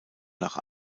nach